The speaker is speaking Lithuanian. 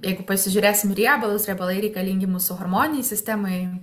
jeigu pasižiūrėsim į riebalus riebalai reikalingi mūsų hormoninei sistemai